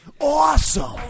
Awesome